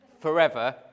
Forever